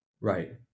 Right